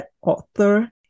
author